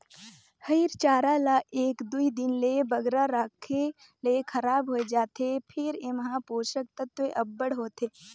हयिर चारा ल एक दुई दिन ले बगरा राखे ले खराब होए जाथे फेर एम्हां पोसक तत्व अब्बड़ होथे